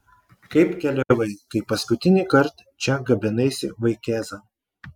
kaip keliavai kai paskutinįkart čia gabenaisi vaikėzą